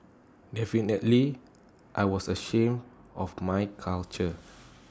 definitely I was ashamed of my culture